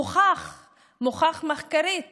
הוּכְחָה מחקרית